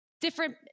different